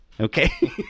okay